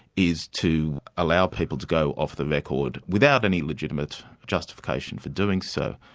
is to allow people to go off the record without any legitimate justification for doing so.